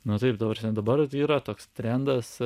nu taip ta prasme dabar yra toks trendas